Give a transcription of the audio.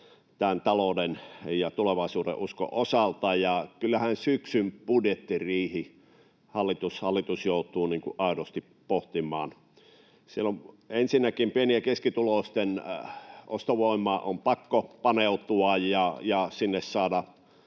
talouden ja tulevaisuudenuskon osalta, ja kyllähän syksyn budjettiriihessä hallitus joutuu aidosti pohtimaan. Siellä ensinnäkin pieni- ja keskituloisten ostovoimaan on pakko paneutua ja sinne saada...